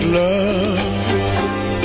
love